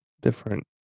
different